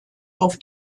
auf